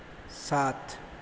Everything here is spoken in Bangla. সাত